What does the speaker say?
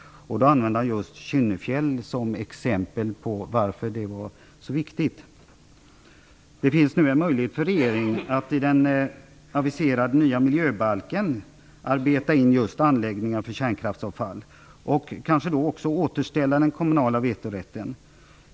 Han använde då Kynnefjäll som ett exempel där detta är viktigt. Det finns nu en möjlighet för regeringen att i den aviserade nya miljöbalken arbeta in regler gällande anläggningar för hantering av kärnkraftsavfall och att då kanske även återställa den kommunala vetorätten.